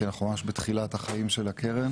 כי אנחנו ממש בתחילת החיים של הקרן,